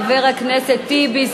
חבר הכנסת טיבי,